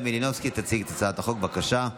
ההצעה להעביר לוועדה את הצעת החוק להגנה על עיתונאים (תיקוני חקיקה),